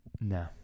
No